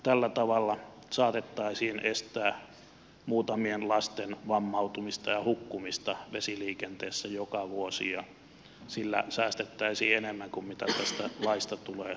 tällä tavalla saatettaisiin estää muutamien lasten vammautumista ja hukkumista vesiliikenteessä joka vuosi ja sillä säästettäisiin enemmän kuin mitä tästä laista tulee valvontakuluja